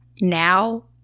now